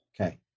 Okay